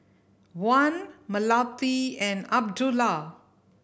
Wan Melati and Abdullah